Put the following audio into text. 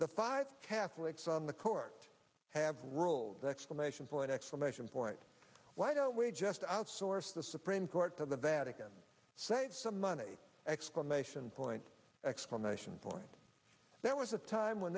the five catholics on the court have ruled the explanation for an exclamation point why don't we just outsource the supreme court to the vatican say some money exclamation point explanation for why there was a time when